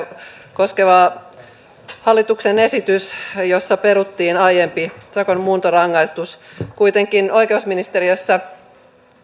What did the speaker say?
koskeva hallituksen esitys jossa peruttiin aiempi sakon muuntorangaistus kuitenkin oikeusministeriössä